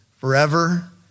forever